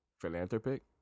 Philanthropic